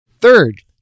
Third